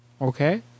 Okay